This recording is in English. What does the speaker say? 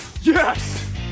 yes